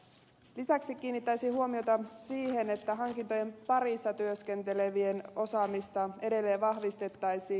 lisäksi kiinnittäisin huomiota siihen että hankintojen parissa työskentelevien osaamista edelleen vahvistettaisiin